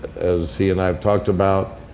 as he and i have talked about,